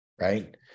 right